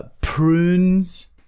prunes